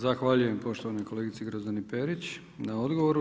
Zahvaljujem poštovanoj kolegici Grozdani Perić, na odgovoru.